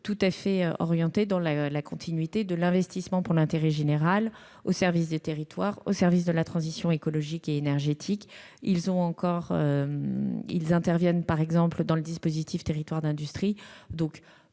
clairement orientée dans la continuité de l'investissement pour l'intérêt général au service des territoires, de la transition écologique et énergétique. Elle intervient ainsi dans le dispositif « territoires d'industrie